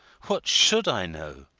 what should i know?